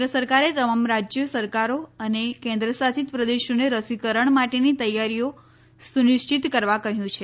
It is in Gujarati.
કેન્દ્ર સરકારે તમામ રાજ્ય સરકારો અને કેન્દ્રશાસિત પ્રદેશોને રસીકરણ માટેની તૈયારીઓ સુનિશ્ચિત કરવા કહ્યું છે